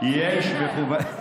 יש מחויבות,